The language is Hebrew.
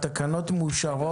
התקנות מאושרות.